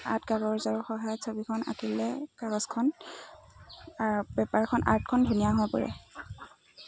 art কাগজৰ সহায় ছবিখন আঁকিলে কাগজখন পেপাৰখন আৰ্টখন ধুনীয়া হৈ পৰে